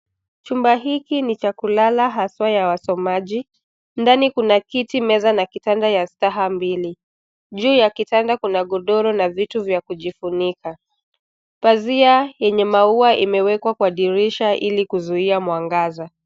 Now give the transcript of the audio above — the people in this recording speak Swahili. Chumba hiki ni cha kulala haswa ya wasomaji. Ndani kuna kiti, meza na kitanda ya staha mbili. Juu ya kitanda kuna godoro na vitu vya kujifunika. Pazia yenye maua imewekwa kwa dirisha ili kuzuia mwangaza.